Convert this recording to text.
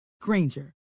Granger